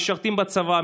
משרתים בצבא,